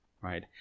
right